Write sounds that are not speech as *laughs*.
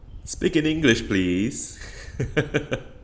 speak in english please *laughs*